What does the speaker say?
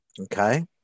okay